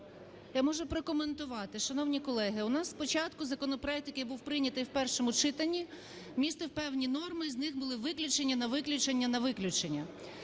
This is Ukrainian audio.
я можу прокоментувати. Шановні колеги, у нас спочатку законопроект, який був прийнятий у першому читанні, містив певні норми, з них були виключення, на виключення, не виключення.